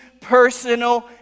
personal